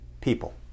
people